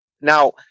Now